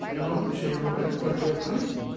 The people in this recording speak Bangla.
এবং সেইভাবে পর্যবেক্ষণ